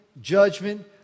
judgment